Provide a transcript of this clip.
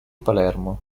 palermo